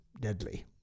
deadly